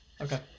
Okay